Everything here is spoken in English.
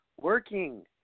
working